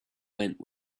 went